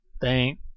Thank